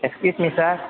excuse me sir